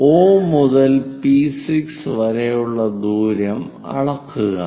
O മുതൽ P6 വരെയുള്ള ദൂരം അളക്കുക